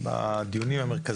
בדיונים המרכזיים.